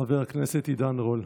חבר הכנסת עידן רול.